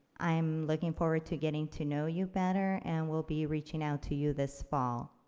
i am looking forward to getting to know you better and will be reaching out to you this fall.